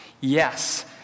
Yes